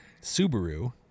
Subaru